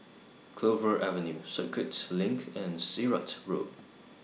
Clover Avenue Circuit LINK and Sirat Road